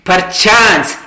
Perchance